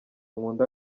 nkunda